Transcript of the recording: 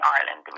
Ireland